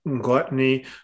gluttony